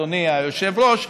אדוני היושב-ראש,